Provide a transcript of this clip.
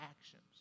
actions